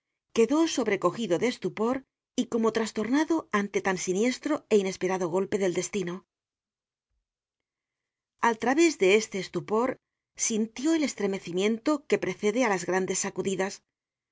quedó sobrecogido de estupor y como trastornado ante tan siniestro é inesperado golpe del destino al través de este estupor sintió el estremecimiento que precede á las grandes sacudidas